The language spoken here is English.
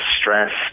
stress